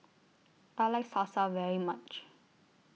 I like Salsa very much